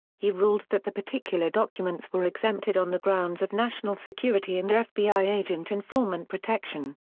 he ruled that the particular documents were exempted on the grounds of national security and fbi agent informant protection.